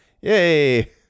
yay